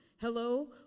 hello